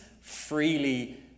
freely